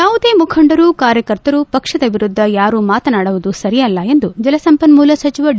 ಯಾವುದೇ ಮುಖಂಡರು ಕಾರ್ಯಕರ್ತರು ಪಕ್ಷದ ವಿರುದ್ದ ಯಾರು ಮಾತನಾಡುವುದು ಸರಿಯಲ್ಲ ಎಂದು ಜಲಸಂಪನ್ನೂಲ ಸಚಿವ ಡಿ